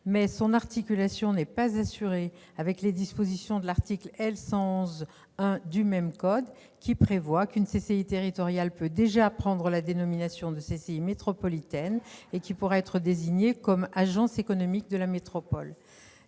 son articulation n'est pas assurée avec les dispositions de l'article L. 711-1 du même code, qui prévoit qu'une CCI territoriale peut déjà prendre la dénomination de CCI métropolitaine et être désignée comme agence économique de la métropole.